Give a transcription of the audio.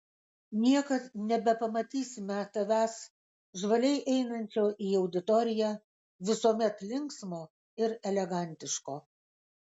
niekad nebepamatysime tavęs žvaliai einančio į auditoriją visuomet linksmo ir elegantiško